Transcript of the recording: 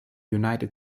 united